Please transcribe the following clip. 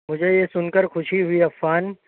مجھے یہ سن کر خوشی ہوئی عفان